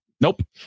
Nope